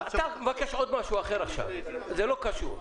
אתה מבקש עכשיו משהו אחר שלא קשור.